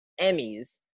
Emmys